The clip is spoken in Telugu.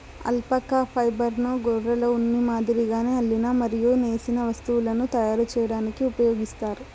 అల్పాకా ఫైబర్ను గొర్రెల ఉన్ని మాదిరిగానే అల్లిన మరియు నేసిన వస్తువులను తయారు చేయడానికి ఉపయోగిస్తారు